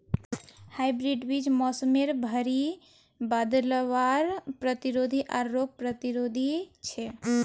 hybrid बीज मोसमेर भरी बदलावर प्रतिरोधी आर रोग प्रतिरोधी छे